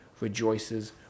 rejoices